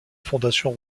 fondation